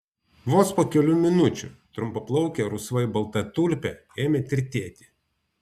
vos po kelių minučių trumpaplaukė rusvai balta tulpė ėmė tirtėti